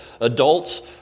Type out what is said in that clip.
Adults